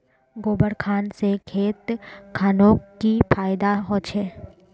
गोबर खान से खेत खानोक की फायदा होछै?